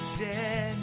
dead